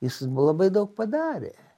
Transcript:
jis labai daug padarė